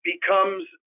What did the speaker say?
becomes